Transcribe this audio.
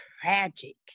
tragic